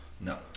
No